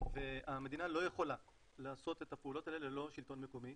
והמדינה לא יכולה לעשות את הפעולות האלה ללא שלטון מקומי,